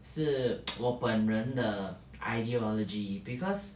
是 我本人的 ideology because